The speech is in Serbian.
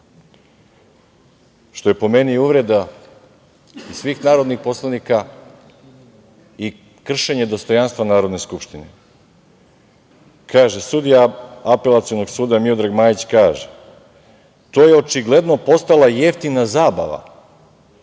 što je po meni i uvreda i svih narodnih poslanika i kršenje dostojanstva Narodne skupštine, sudija Apelacionog suda Miodrag Majić kaže: „To je očigledno postala jeftina zabava.